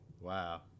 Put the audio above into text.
Wow